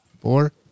Four